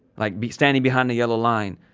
like standing behind the yellow line,